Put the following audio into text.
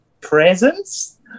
presence